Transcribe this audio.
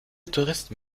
touristen